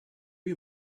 you